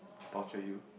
torture you